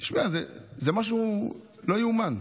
זה משהו לא ייאמן.